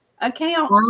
account